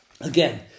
again